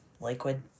liquid